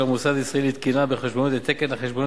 המוסד הישראלי לתקינה בחשבונאות את תקן החשבונאות